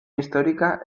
histórica